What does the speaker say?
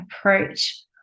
approach